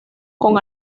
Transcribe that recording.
con